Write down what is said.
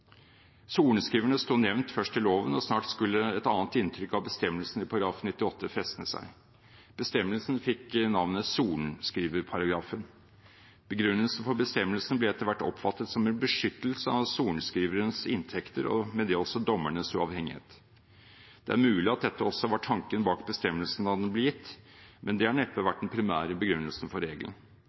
Sorenskriverne sto nevnt først i loven, og snart skulle et annet inntrykk av bestemmelsen i § 98 festne seg. Bestemmelsen fikk navnet «sorenskriverparagrafen». Begrunnelsen for bestemmelsen ble etter hvert oppfattet som en beskyttelse av sorenskrivernes inntekter og med det også dommernes uavhengighet. Det er mulig at dette også var tanken bak bestemmelsen da den ble gitt, men det har neppe vært den primære begrunnelsen for regelen.